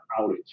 outage